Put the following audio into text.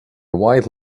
white